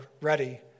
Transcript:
ready